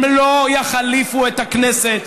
הם לא יחליפו את הכנסת.